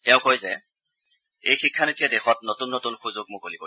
তেওঁ কৈছে যে এই শিক্ষা নীতিয়ে দেশত নতুন নতুন সুযোগ মুকলি কৰিব